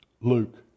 Luke